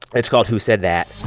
it's called who said that?